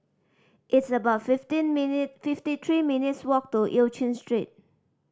it's about fifty minute fifty three minutes' walk to Eu Chin Street